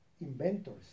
inventors